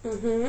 mmhmm